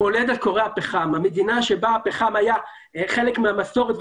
המדינה שבה הפחם היה חלק מהמסורת,